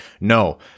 No